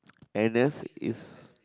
n_s is